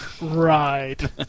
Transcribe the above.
Right